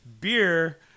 Beer